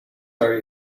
are